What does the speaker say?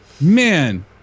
Man